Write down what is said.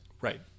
right